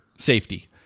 safety